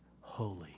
holy